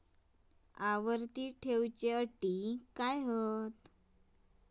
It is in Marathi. आवर्ती ठेव च्यो अटी काय हत?